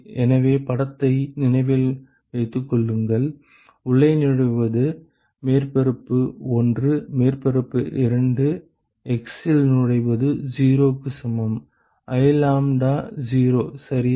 எனவே படத்தை நினைவில் வைத்துக் கொள்ளுங்கள் உள்ளே நுழைவது மேற்பரப்பு 1 மேற்பரப்பு 2 x இல் நுழைவது 0 க்கு சமம் I லாம்ப்டா 0 சரியா